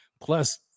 Plus